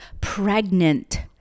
pregnant